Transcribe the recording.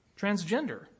transgender